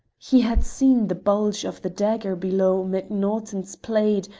he had seen the bulge of the dagger below macnaughton's plaid,